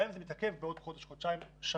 גם אם זה מתעכב בעוד חודש-חודשיים ואפילו שנה.